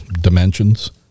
Dimensions